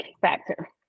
factor